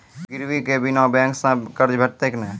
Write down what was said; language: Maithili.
गिरवी के बिना बैंक सऽ कर्ज भेटतै की नै?